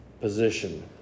position